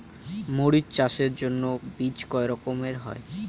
মরিচ চাষের জন্য বীজ কয় রকমের হয়?